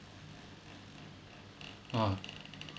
!wah!